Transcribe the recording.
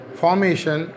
formation